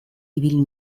ibili